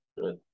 Good